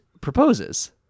proposes